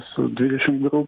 su dvidešim gru